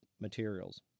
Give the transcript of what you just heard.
materials